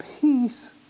peace